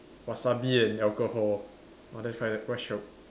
wasabi and alcohol !wah! that's quite quite shiok